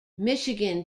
michigan